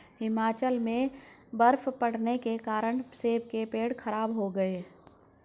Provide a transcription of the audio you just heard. हिमाचल में बर्फ़ पड़ने के कारण सेब के पेड़ खराब हो गए